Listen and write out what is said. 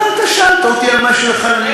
אבל אתה שאלת אותי על משהו אחד,